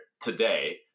today